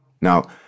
Now